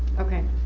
ok.